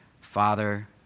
Father